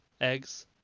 eggs